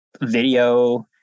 video